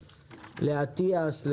לאטיאס,